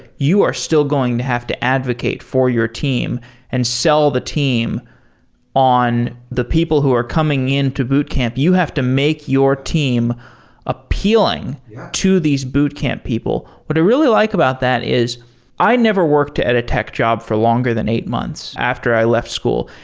you are still going to have to advocate for your team and sell the team on the people who are coming in to boot camp. you have to make your team appealing to these boot camp people what i really like about that is i never worked at a tech job for longer than eight months after i left school.